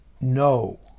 No